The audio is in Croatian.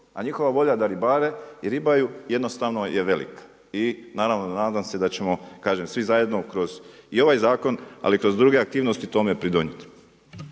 A njihova volja da ribare i ribaju jednostavno je velika. I naravno nadam se da ćemo, kažem svi zajedno kroz i ovaj zakon, ali i kroz druge aktivnosti tome pridonijeti.